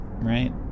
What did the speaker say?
right